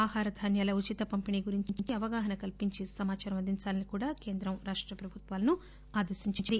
ఆహార ధాన్యాల ఉచిత పంపిణీ గురించి అవగాహన కల్పించి సమాచారం అందించాలని కూడా కేంద్రం రాష్ట ప్రభుత్నాలను ఆదేశించింది